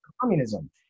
communism